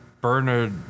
Bernard